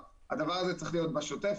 הדבר הזה צריך להיות בשוטף.